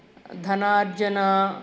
धनार्जनम्